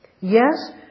Yes